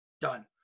Done